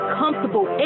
comfortable